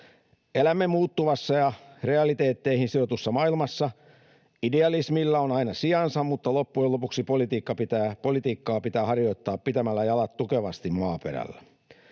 Elämme muuttuvassa ja realiteetteihin sidotussa maailmassa. Idealismilla on aina sijansa, mutta loppujen lopuksi politiikkaa pitää harjoittaa pitämällä jalat tukevasti maaperällä.